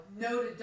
no